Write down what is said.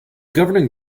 governing